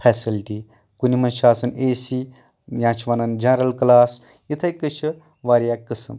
facility کُنہِ منٛز چھُ آسان اے سی یا چھِ وَنان جنرل کٔلاس یتھٕے کٲٹھۍ چھِ واریاہ قٕسم